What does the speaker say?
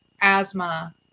asthma